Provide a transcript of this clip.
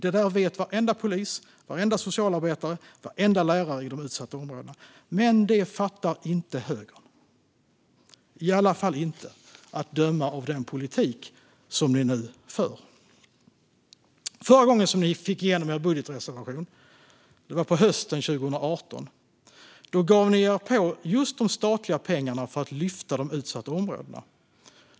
Detta vet varenda polis, socialarbetare och lärare i de utsatta områdena. Men det fattar inte högern, i alla fall inte att döma av den politik ni nu för. Förra gången ni fick igenom er budgetreservation - det var på hösten 2018 - gav ni er på just de statliga pengarna för att lyfta de utsatta områdena.